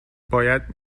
باید